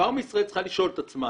פארמה ישראל צריכה לשאול את עצמה,